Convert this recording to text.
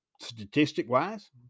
statistic-wise